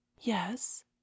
yes